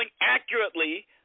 accurately